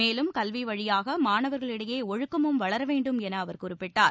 மேலும் கல்வி வழியாக மாணவர்களிடையே ஒழுக்கமும் வளர வேண்டும் என அவர் குறிப்பிட்டார்